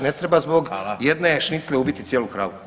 Ne treba zbog jedne šnicle ubiti cijelu kravu.